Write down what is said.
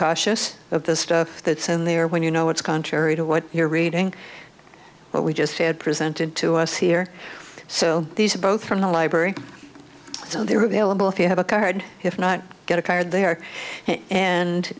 because of the stuff that's in there when you know it's contrary to what you're reading but we just had presented to us here so these are both from the library so they are available if you have a card if not get a card there and